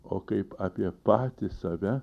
o kaip apie patį save